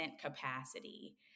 capacity